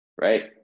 right